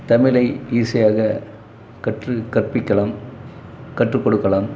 தமிழை ஈசியாக கற்று கற்பிக்கலாம் கற்றுக் கொடுக்கலாம்